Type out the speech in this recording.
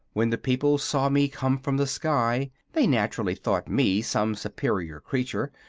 when the people saw me come from the sky they naturally thought me some superior creature,